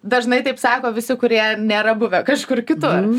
dažnai taip sako visi kurie nėra buvę kažkur kitur